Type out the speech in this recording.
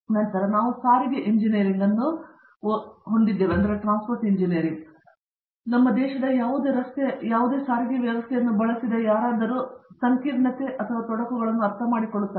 ನಂತರ ನಾವು ಸಾರಿಗೆ ಎಂಜಿನಿಯರಿಂಗ್ ಅನ್ನು ಹೊಂದಿದ್ದೇವೆ ನಮ್ಮ ದೇಶದ ಯಾವುದೇ ರಸ್ತೆ ಅಥವಾ ಯಾವುದೇ ಸಾರಿಗೆ ವ್ಯವಸ್ಥೆಯನ್ನು ಬಳಸಿದ ಯಾರಾದರೂ ಸಂಕೀರ್ಣತೆ ಮತ್ತು ತೊಡಕುಗಳನ್ನು ಅರ್ಥಮಾಡಿಕೊಳ್ಳುತ್ತಾರೆ